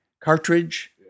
cartridge